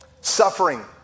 suffering